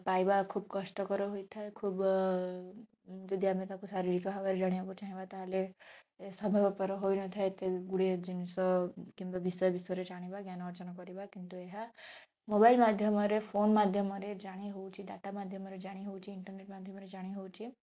ପାଇବା ଖୁବ କଷ୍ଟକର ହୋଇଥାଏ ଖୁବ ଯଦି ଆମେ ତାକୁ ଶାରୀରିକ ଭାବରେ ଜାଣିବାକୁ ଚାହିଁବା ତା'ହେଲେ ସମ୍ଭବପର ହୋଇନଥାଏ ଏତେ ଗୁଡ଼ିଏ ଜିନିଷ କିମ୍ବା ବିଷୟ ବିଷୟରେ ଜାଣିବା ଜ୍ଞାନ ଅର୍ଜନ କରିବା କିନ୍ତୁ ଏହା ମୋବାଇଲ୍ ମାଧ୍ୟମରେ ଫୋନ ମାଧ୍ୟମରେ ଜାଣିହେଉଛି ଡାଟା ମାଧ୍ୟମରେ ଜାଣିହେଉଛି ଇଣ୍ଟରନେଟ୍ ମାଧ୍ୟମରେ ଜାଣିହେଉଛି